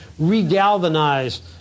regalvanized